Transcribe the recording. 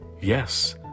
Yes